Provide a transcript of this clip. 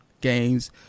games